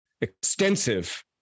extensive